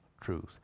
truth